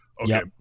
Okay